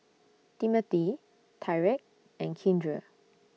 Timothy Tyrek and Keandre